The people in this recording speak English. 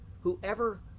whoever